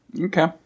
Okay